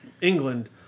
England